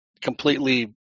completely